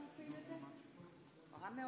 אני רוצה לחרוג מהמנהג בדיון הזה ולדבר עניינית,